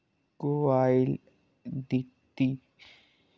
गोआई दित्ती